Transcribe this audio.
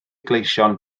gleision